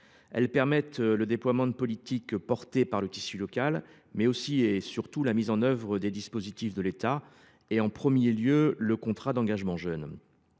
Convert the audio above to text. Elles permettent le déploiement de politiques déployées par le tissu local, mais surtout la mise en œuvre de dispositifs de l’État, en premier lieu le contrat d’engagement jeune.